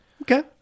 Okay